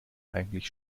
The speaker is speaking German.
eigentlich